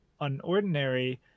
unordinary